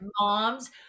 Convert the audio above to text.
moms